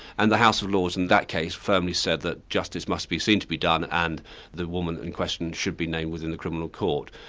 and the house of lords in that case firmly said that justice must be seen to be done, and the woman in question should be named within the criminal court.